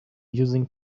using